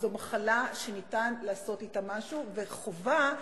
זו מחלה שניתן לעשות אתה משהו, וחובה,